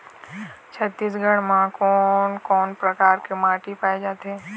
छत्तीसगढ़ म कोन कौन प्रकार के माटी पाए जाथे?